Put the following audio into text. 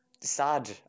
sad